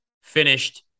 finished